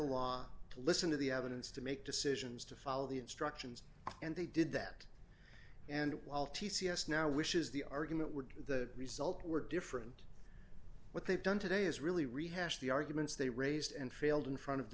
law to listen to the evidence to make decisions to follow the instructions and they did that and while t c s now wishes the argument would the result were different what they've done today is really rehash the arguments they raised and failed in front of the